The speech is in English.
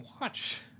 watch